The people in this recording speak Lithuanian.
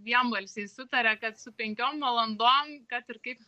vienbalsiai sutaria kad su penkiom valandom kad ir kaip